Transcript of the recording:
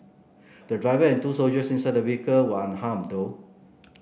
the driver and two soldiers inside the vehicle were unharmed though